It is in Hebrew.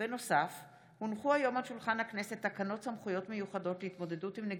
הצעת חוק הרב הצבאי הראשי,